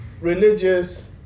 religious